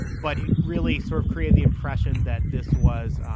but it really sort of create the impression that this was